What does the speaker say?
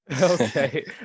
okay